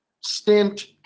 stint